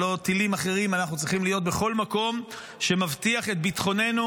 אנחנו צריכים להיות בכל מקום שמבטיח את ביטחוננו.